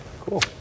Cool